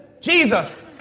Jesus